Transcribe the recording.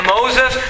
Moses